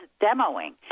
demoing